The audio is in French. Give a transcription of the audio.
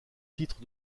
titre